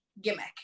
gimmick